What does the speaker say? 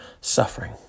suffering